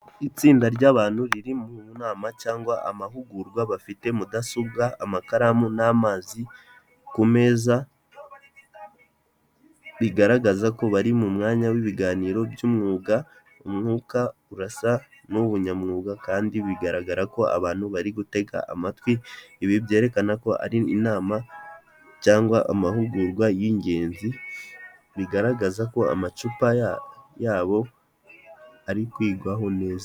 Itsinda rya'bantu riri mu nama cyangwa amahugurwa bafite mudasobwa amakaramu n'amazi ku meza bigaragaza ko bari mu mwanya w'ibiganiro by'umwuga umwuka urasa n'ubunyamwuga kandi bigaragara ko abantu bari gutega amatwi ibi byerekana ko ari inama cyangwa amahugurwa y'ingenzi bigaragaza ko amacupa yabo ari kwigwaho neza.